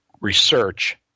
research